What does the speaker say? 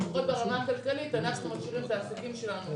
לפחות ברמה הכלכלית אנחנו ממשיכים את העסקים שלנו,